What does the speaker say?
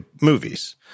movies